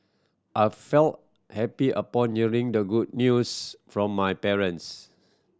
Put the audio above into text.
I felt happy upon hearing the good news from my parents